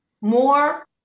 more